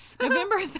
November